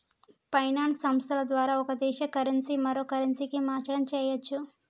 finance సంస్థల ద్వారా ఒక దేశ కరెన్సీ మరో కరెన్సీకి మార్చడం చెయ్యచ్చు